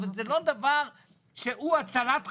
אבל זה לא דבר שהוא הצלת חיים.